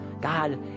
God